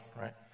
right